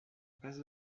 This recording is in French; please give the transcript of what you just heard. place